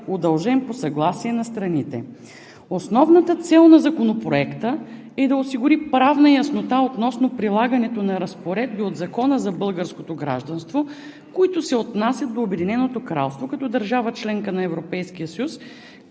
удължен по съгласие на страните. Основната цел на Законопроекта е да осигури правна яснота относно прилагането на разпоредби от Закона за българското гражданство, които се отнасят до Обединеното Кралство като държава – членка на Европейския съюз,